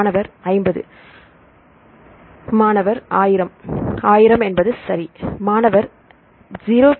மாணவர் 50 50 ஆல் மாணவர் 1000 ஆயிரம் சரி இது சமம் மாணவர் 0